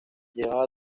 llevaba